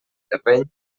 terreny